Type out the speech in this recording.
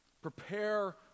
Prepare